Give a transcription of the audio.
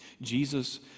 Jesus